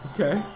Okay